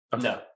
No